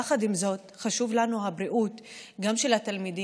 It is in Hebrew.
יחד עם זאת חשובה לנו הבריאות גם של התלמידים,